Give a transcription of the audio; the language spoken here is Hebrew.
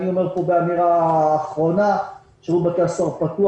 אני אומר פה באמירה אחרונה ששירות בתי הסוהר פתוח.